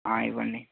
ఇవ్వండి